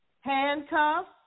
Handcuffs